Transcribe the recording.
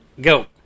go